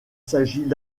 s’agit